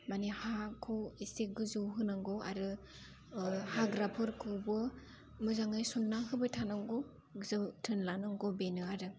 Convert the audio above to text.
माने हाखौ एसे गोजौ होनांगौ आरो हाग्राफोरखौबो मोजाङै सनना होबाय थानांगौ जोथोन लानांगौ बेनो आरो